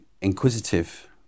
inquisitive